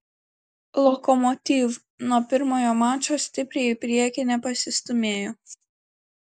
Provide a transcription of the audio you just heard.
lokomotiv nuo pirmojo mačo stipriai į priekį nepasistūmėjo